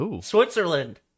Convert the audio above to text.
Switzerland